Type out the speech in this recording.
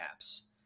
apps